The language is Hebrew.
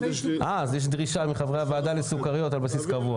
יש גם דרישה מחברי הוועדה לסוכריות על בסיס קבוע.